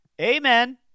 Amen